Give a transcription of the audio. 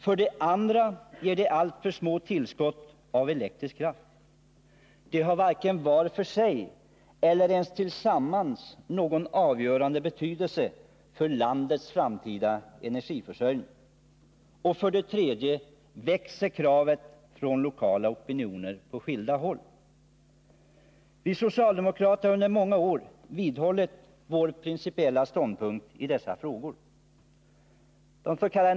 För det andra ger den alltför små tillskott av elektrisk kraft — utbyggnaderna har varken var för sig eller ens tillsammans någon avgörande betydelse för landets framtida energiförsörjning. För det tredje växer kravet från lokala opinioner på olika håll. Vi socialdemokrater har under många år vidhållit vår principiella ståndpunkt i dessa frågor.